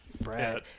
Brad